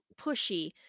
pushy